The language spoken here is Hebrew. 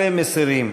17, מסירים.